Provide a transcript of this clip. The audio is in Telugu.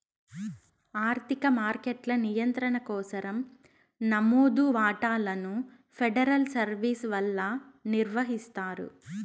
ఆర్థిక మార్కెట్ల నియంత్రణ కోసరం నమోదు వాటాలను ఫెడరల్ సర్వీస్ వల్ల నిర్వహిస్తారు